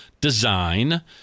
Design